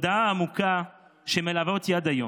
תודעה עמוקה זו מלווה אותי עד היום,